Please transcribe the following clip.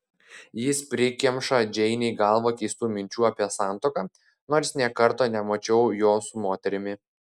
jis prikemša džeinei galvą keistų minčių apie santuoką nors nė karto nemačiau jo su moterimi